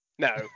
No